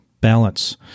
balance